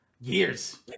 Years